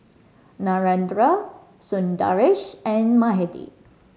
Narendra Sundaresh and Mahade